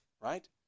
right